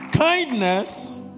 Kindness